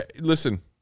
Listen